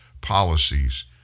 policies